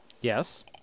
Yes